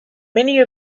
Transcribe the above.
many